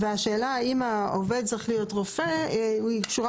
והשאלה האם העובד צריך להיות רופא היא קשורה